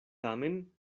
tamen